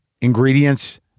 ingredients